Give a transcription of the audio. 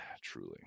Truly